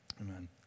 Amen